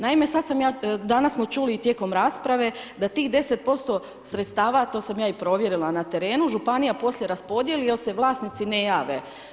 Naime, sad ja, danas smo čuli tijekom rasprave da tih 10% sredstava, to sam ja i provjerila na terenu, županija poslije raspodijeli jer se vlasnici ne jave.